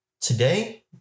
Today